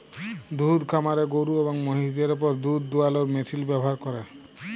দুহুদ খামারে গরু এবং মহিষদের উপর দুহুদ দুয়ালোর মেশিল ব্যাভার ক্যরে